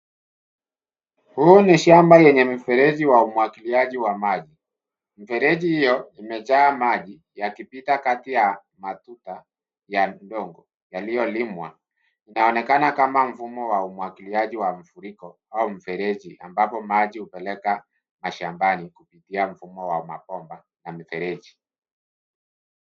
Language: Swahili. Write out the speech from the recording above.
Huu ni shamba lenye mfereji wa umwagiliaji wa maji. Mfereji hio imejaa maji yakipita kati ya matuta ya udongo yaliyolimwa. Inaonekana kama mfumo wa umwagiliaji wa vifuriko au mfereji ambako maji hupeleka mashambani kupitia mfumo wa mabomba na mifereji.